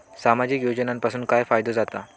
सामाजिक योजनांपासून काय फायदो जाता?